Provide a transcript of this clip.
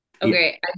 Okay